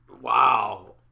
Wow